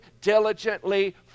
diligently